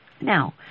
Now